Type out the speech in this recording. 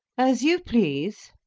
as you please.